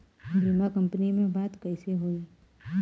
बीमा कंपनी में बात कइसे होई?